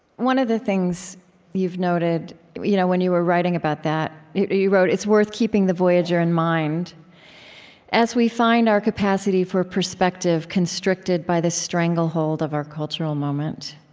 one of the things you've noted you know when you were writing about that you wrote it's worth keeping the voyager in mind as we find our capacity for perspective constricted by the stranglehold of our cultural moment.